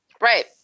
Right